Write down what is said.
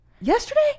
yesterday